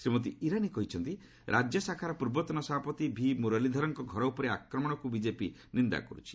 ଶ୍ରୀମତୀ ଇରାନୀ କହିଛନ୍ତି ରାଜ୍ୟ ଶାଖାର ପୂର୍ବତନ ସଭାପତି ଭିମୁରଲୀଧରଙ୍କ ଘର ଉପରେ ଆକ୍ରମଣକୁ ବିଜେପି ନିନ୍ଦା କରୁଛି